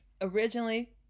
Originally